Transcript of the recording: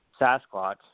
Sasquatch